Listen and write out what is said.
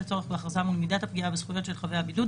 הצורך בהכרזה מול מידת הפגיעה בזכויות של חבי הבידוד,